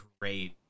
great